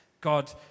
God